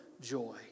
joy